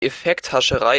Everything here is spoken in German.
effekthascherei